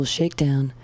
Shakedown